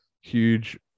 huge